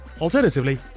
alternatively